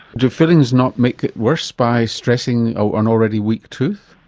do fillings not make it worse by stressing an already weak tooth?